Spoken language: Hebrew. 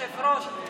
היושב-ראש,